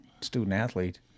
student-athlete